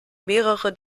mehrere